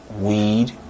weed